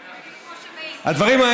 כמו שמעיזים.